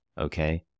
okay